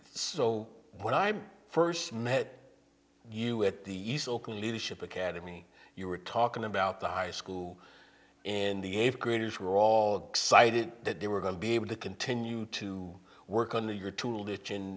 so when i'm first met you at the local leadership academy you were talking about the high school in the eighth graders were all excited that they were going to be able to continue to work on the your tool